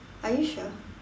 are you sure